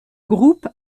groupe